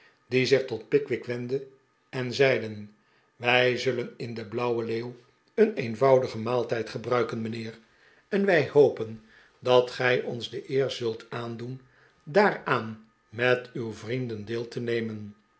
die zich tot pickwick wendden en zeiden wij zullen in de blauwe leeuw een eenvoudigen maaltijd gebruiken mijnheer en wij hopen dat gij ons de eer zult aandoen daaraan met uw vrienden deel te nemen